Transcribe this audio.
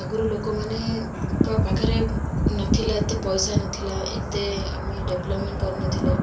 ଆଗରୁ ଲୋକମାନେ ପାଖରେ ନଥିଲା ଏତେ ପଇସା ନଥିଲା ଏତେ ଆମେ ଡେଭ୍ଲପମେଣ୍ଟ କରିନଥିଲେ